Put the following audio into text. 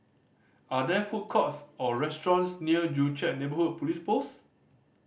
are there food courts or restaurants near Joo Chiat Neighbourhood Police Post